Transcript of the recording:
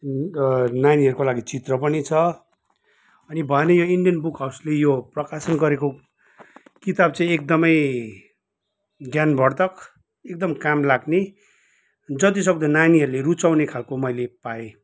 नानीहरूको लागि चित्र पनि छ अनि भएन यो इन्डियन बुक हाउसले यो प्रकाशन गरेको किताब चाहिँ एकदमै ज्ञानवर्धक एकदमै काम लाग्ने जतिसक्दो नानीहरूले रुचाउने खालको मैले पाएँ